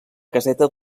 caseta